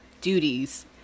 duties